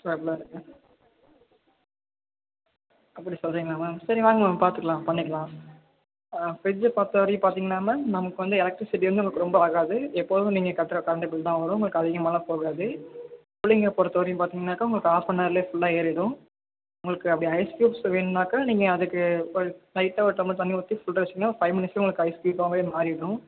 அப்படி சொல்லுறீங்களா மேம் சரி வாங்க மேம் பார்த்துக்கலாம் பண்ணிக்கலாம் ஃபிரிட்ஜை பொறுத்த வரையும் பார்த்தீங்கன்னா மேம் நமக்கு வந்து எலக்ரிசிட்டி வந்து நமக்கு ரொம்ப ஆகாது எப்போதும் நீங்கள் கட்டுற கரெண்டு பில் தான் வரும் உங்களுக்கு அதிகமாலாம் போகாது கூலிங்கை பொறுத்த வரையும் பார்த்தீங்கன்னாக்கா உங்களுக்கு ஆஃப்பனவர்லே ஃபுல்லாக ஏறிடும் உங்களுக்கு அப்டி ஐஸ்க்யூப்ஸ் வேணும்னாக்கா நீங்கள் அதுக்கு ஒரு லைட்டாக ஒரு டம்ளர் தண்ணி ஊற்றி உள்ற வச்சீங்கன்னால் ஃபை மினிட்ஸில் உங்களுக்கு ஐஸ்க்யூப்பாகவே மாறிடும்